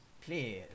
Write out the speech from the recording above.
please